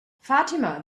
fatima